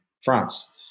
France